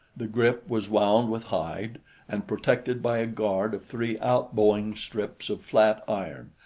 the grip was wound with hide and protected by a guard of three out-bowing strips of flat iron,